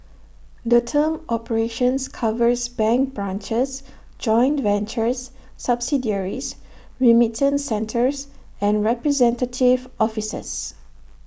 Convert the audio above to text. the term operations covers bank branches joint ventures subsidiaries remittance centres and representative offices